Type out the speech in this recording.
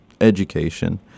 education